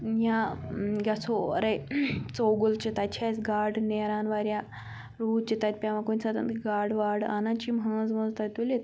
یا گژھو اورَے ژوٚگُل چھِ تَتہِ چھِ اسہِ گاڈٕ نیران واریاہ روٗد چھِ تَتہِ پیٚوان کُنہِ ساتہٕ تہٕ گاڈٕ واڈٕ اَنان چھِ یِم ہٲنز وٲنٛز تَتہِ تُلِتھ